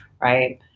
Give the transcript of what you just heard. Right